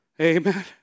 amen